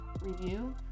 review